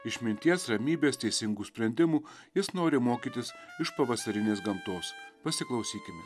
išminties ramybės teisingų sprendimų jis nori mokytis iš pavasarinės gamtos pasiklausykime